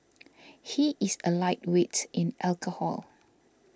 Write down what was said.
he is a lightweight in alcohol